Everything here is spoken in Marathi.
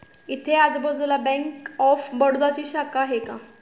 इथे आजूबाजूला बँक ऑफ बडोदाची शाखा आहे का?